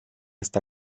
está